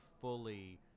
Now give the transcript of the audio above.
fully